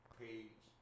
page